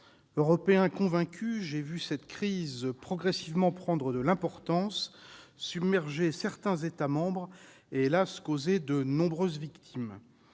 Européen convaincu, j'ai vu cette crise progressivement prendre de l'importance, submerger certains États membres et, hélas, causer de nombreuses victimes.